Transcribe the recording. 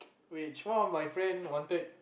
which one of my friend wanted